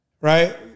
right